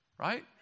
right